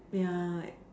ya